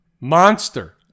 Monster